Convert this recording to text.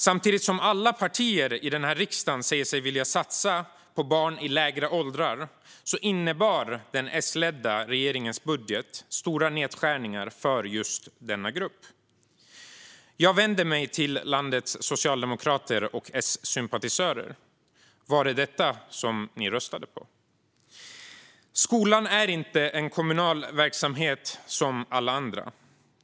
Samtidigt som alla partier i riksdagen sa sig vilja satsa på barn i lägre åldrar innebar den S-ledda regeringens budget stora nedskärningar för just denna grupp. Jag vänder mig till landets socialdemokrater och S-sympatisörer: Var det detta ni röstade på? Skolan är inte en kommunal verksamhet som alla andra.